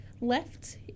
left